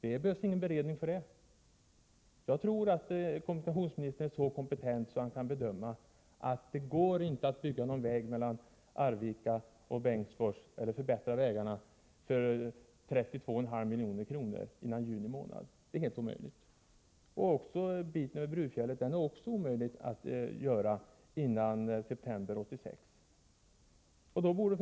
Det behövs ingen beredning för att göra det. Jag tror att kommunikationsministern är så kompetent att han kan se att det inte före juni månad går att förbättra vägen mellan Arvika och Bengtsfors för dessa 32,5 milj.kr. Det är helt omöjligt att göra det. Inte heller går det att förbättra sträckan över Brurefjället före september 1986.